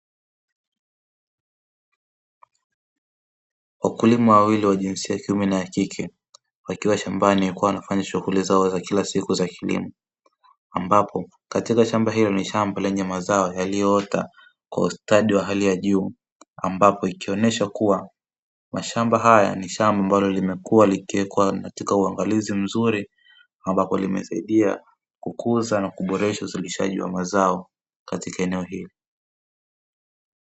Wakulima wawili wa jinsia ya kiume na ya kike wakiwa shambani nilikuwa nafanya shughuli zao za kila siku za kigeni, ambapo katika shamba hilo ni shamba lenye mazao yaliyoota kwa ustadi wa hali ya juu ambapo ikionyesha kuwa mashamba haya ni shamba ambalo limekuwa likiwekwa katika uangalizi mzurim, ambapo limesaidia kukuza na kuboresha uzalishaji wa mazao katika eneo hilo.